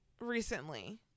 recently